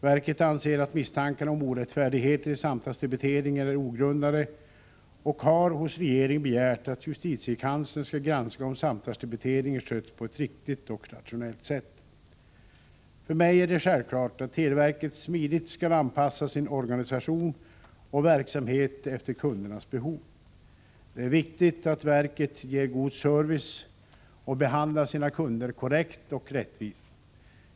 Verket anser att misstankarna om orättfärdigheter i samtalsdebiteringen är ogrundade och har hos regeringen begärt att justitiekanslern skall granska om samtalsdebiteringen sköts på ett riktigt och rationellt sätt. För mig är det självklart att televerket smidigt skall anpassa sin organisation och verksamhet efter kundernas behov. Det är viktigt att verket ger god service och behandlar sina kunder korrekt och rättvist.